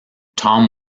tom